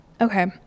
Okay